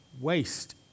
waste